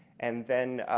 and then